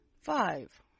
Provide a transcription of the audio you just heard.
Five